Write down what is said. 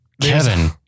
Kevin